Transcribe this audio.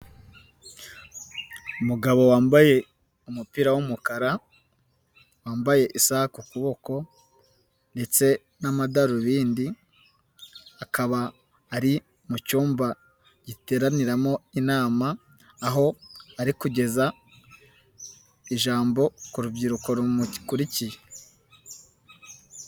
Umugabo wambaye umupira w'umukara, wambaye isaha ku kuboko ndetse n'amadarubindi, akaba ari mu cyumba giteraniramo inama, aho ari kugeza ijambo ku rubyiruko rumukurikiye.